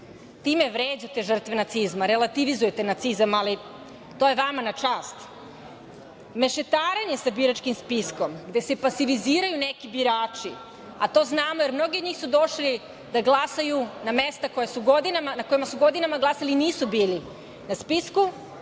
time vređate žrtve nacizma.2/2 GD/CGRelativizujete nacizam, ali to je vama na čast, mešetaranjem sa biračkim spiskom, gde se pasiviziraju neki birači, a to znamo, jer mnogi od njih su došli da glasaju na mesta na kojima su godinama glasali, nisu bili na spisku.